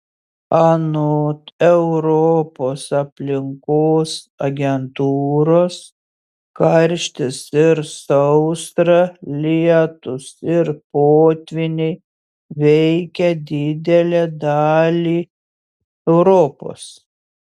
anot europos aplinkos agentūros karštis ir sausra lietūs ir potvyniai veikia didelę dalį europos